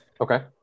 Okay